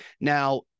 now